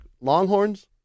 Longhorns